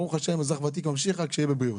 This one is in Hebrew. ברוך השם אזרח ותיק ממשיך, רק שיהיה בבריאות.